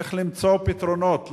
צריך למצוא פתרונות,